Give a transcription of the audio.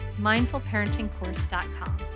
mindfulparentingcourse.com